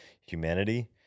humanity